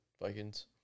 Vikings